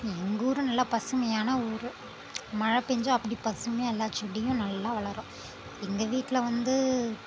எங்கள் ஊர் நல்லா பசுமையான ஊர் மழை பேய்ஞ்சா அப்படி பசுமையாக எல்லா செடியும் நல்லா வளரும் எங்கள் வீட்டில் வந்து